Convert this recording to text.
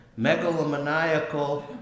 megalomaniacal